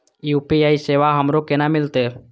UPI सेवा हमरो केना मिलते?